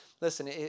Listen